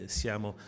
siamo